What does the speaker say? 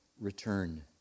return